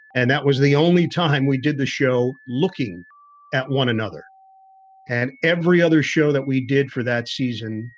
and that was the only time we did the show looking at one another and every other show that we did for that season,